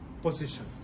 position